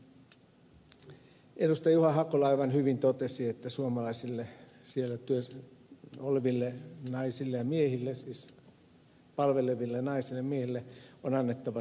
juha hakola aivan hyvin totesi että suomalaisille siellä palveleville naisille ja miehille on annettava tukea